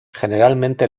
generalmente